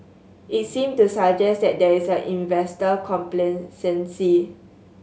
it seems to suggest that there is investor complacency